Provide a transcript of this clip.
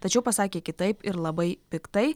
tačiau pasakė kitaip ir labai piktai